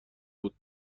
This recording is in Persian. بود